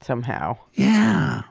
somehow yeah,